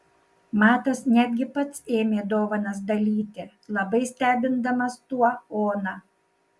matas netgi pats ėmė dovanas dalyti labai stebindamas tuo oną